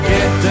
Get